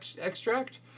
extract